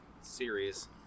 series